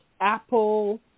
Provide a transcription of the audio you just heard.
Apple